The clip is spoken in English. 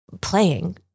playing